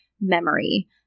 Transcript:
memory